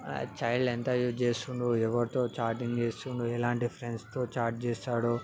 మన చైల్డ్ ఎంత యూస్ చేస్తుండు ఎవరితో చాటింగ్ చేస్తుండు ఎలాంటి ఫ్రెండ్స్తో చాట్ చేస్తాడు